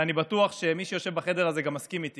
ואני בטוח, שמי שיושב בחדר הזה גם מסכים איתי